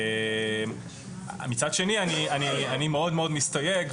מצד שני אני מאוד מאוד מסתייג,